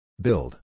Build